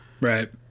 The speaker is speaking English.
Right